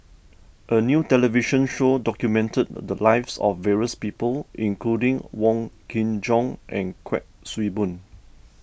a new television show documented the lives of various people including Wong Kin Jong and Kuik Swee Boon